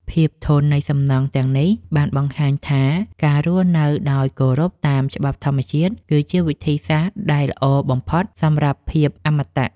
ភាពធន់នៃសំណង់ទាំងនេះបានបង្ហាញថាការរស់នៅដោយគោរពតាមច្បាប់ធម្មជាតិគឺជាវិធីដែលល្អបំផុតសម្រាប់ភាពអមតៈ។